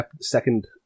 second